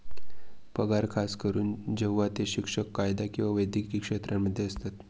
पगार खास करून जेव्हा ते शिक्षण, कायदा किंवा वैद्यकीय क्षेत्रांमध्ये असतात